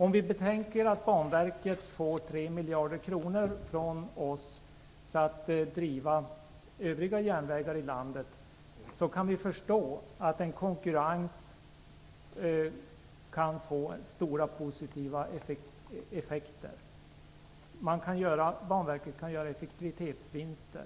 Om vi betänker att Banverket får 3 miljarder kronor från oss för att driva övriga järnvägar i landet, kan vi förstå att en konkurrens kan få stora positiva effekter. Banverket kan göra effektivitetsvinster